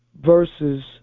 verses